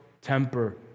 temper